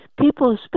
people